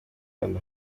and